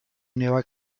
nueva